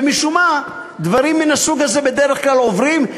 ומשום-מה דברים מן הסוג הזה בדרך כלל עוברים,